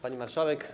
Pani Marszałek!